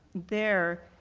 there,